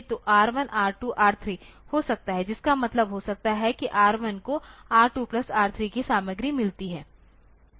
तो R1 R2 R3 हो सकता है जिसका मतलब हो सकता है कि R1 को R2 प्लस R3 की सामग्री मिलती है